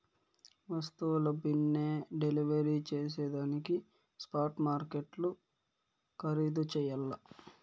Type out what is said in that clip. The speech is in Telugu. వస్తువుల బిన్నే డెలివరీ జేసేదానికి స్పాట్ మార్కెట్లు ఖరీధు చెయ్యల్ల